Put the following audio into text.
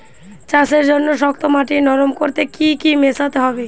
চাষের জন্য শক্ত মাটি নরম করতে কি কি মেশাতে হবে?